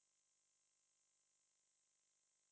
he eat lah